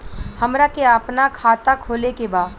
हमरा के अपना खाता खोले के बा?